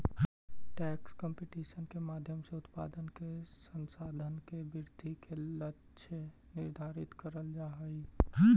tax competition के माध्यम से उत्पादन के संसाधन के वृद्धि के लक्ष्य निर्धारित करल जा हई